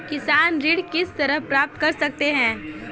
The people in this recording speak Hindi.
किसान ऋण किस तरह प्राप्त कर सकते हैं?